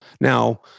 Now